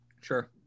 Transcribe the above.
Sure